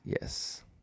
Yes